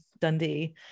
dundee